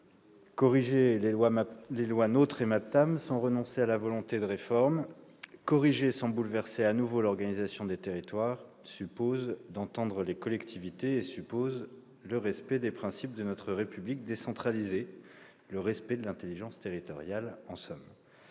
corriger les lois NOTRe et MAPTAM sans renoncer à la volonté de réforme, corriger sans bouleverser à nouveau l'organisation des territoires suppose d'entendre les collectivités territoriales et de respecter les principes de notre République décentralisée, ainsi que l'intelligence territoriale. Ces